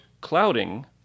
clouding